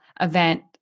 event